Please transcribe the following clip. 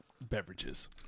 beverages